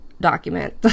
document